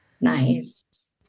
nice